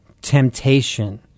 temptation